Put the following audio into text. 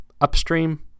upstream